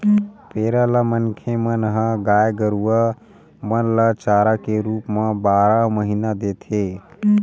पेरा ल मनखे मन ह गाय गरुवा मन ल चारा के रुप म बारह महिना देथे